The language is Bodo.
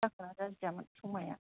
जाखोना जादियामोन समाइया